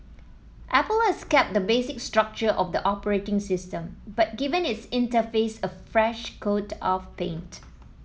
apple has kept the basic structure of the operating system but given its interface a fresh coat of paint